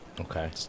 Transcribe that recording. Okay